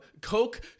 Coke